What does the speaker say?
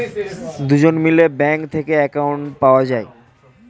দুজন মিলে ব্যাঙ্ক থেকে অ্যাকাউন্ট পাওয়া যায়